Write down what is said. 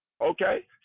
Okay